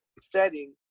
setting